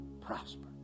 prosper